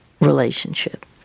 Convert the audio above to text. relationship